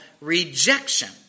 rejection